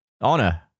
Honor